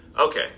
Okay